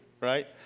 right